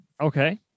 Okay